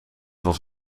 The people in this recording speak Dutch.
was